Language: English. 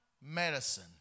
medicine